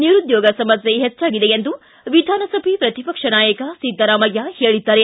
ನಿರುದ್ಯೋಗ ಸಮಸ್ಯೆ ಹೆಚ್ಚಾಗಿದೆ ಎಂದು ವಿಧಾನಸಭೆ ಪ್ರತಿಪಕ್ಷ ನಾಯಕ ಸಿದ್ದರಾಮಯ್ಯ ಹೇಳಿದ್ದಾರೆ